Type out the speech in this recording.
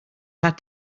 had